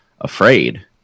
afraid